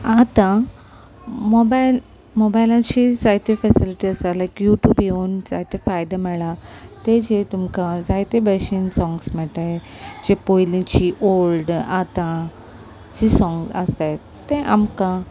आतां मोबायल मोबायलाची जायते फेसिलिटी आसा लायक युट्यूब येवन जायते फायदो मेळ्ळा ते जे तुमकां जायते भशेन सोंग्स मेळटाय जे पयलीची ओल्ड आतां जी सोंग आसताय ते आमकां